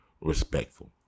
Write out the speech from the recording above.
respectful